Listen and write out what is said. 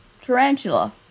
Tarantula